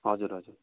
हजुर हजुर